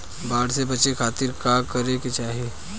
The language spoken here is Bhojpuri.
बाढ़ से बचे खातिर का करे के चाहीं?